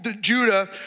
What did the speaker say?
Judah